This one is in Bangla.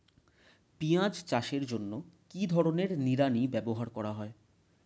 পিঁয়াজ চাষের জন্য কি ধরনের নিড়ানি ব্যবহার করা হয়?